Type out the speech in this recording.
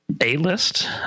A-list